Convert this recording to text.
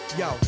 yo